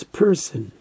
person